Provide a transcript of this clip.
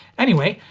anyway,